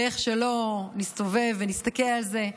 ואיך שלא נסתובב ונסתכל על זה,